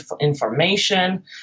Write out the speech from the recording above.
information